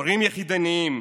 הורים יחידניים,